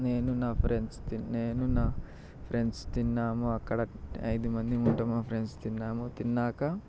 నేను నా ఫ్రెండ్స్ నేను నా ఫ్రెండ్స్ తిన్నాము అక్కడ ఐదు మంది ఉంటాము మా ఫ్రెండ్స్ తిన్నాము తిన్నాక